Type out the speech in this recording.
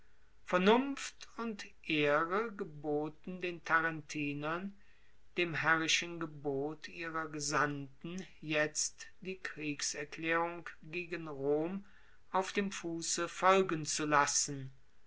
vernunft und ehre geboten den tarentinern dem herrischen gebot ihrer gesandten jetzt die kriegserklaerung gegen rom auf dem fusse folgen zu lassen